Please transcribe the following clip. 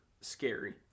scary